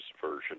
Version